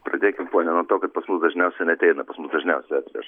pradėkim ponia nuo to kad pas mus dažniausiai neateina pas mus dažniausiai atveža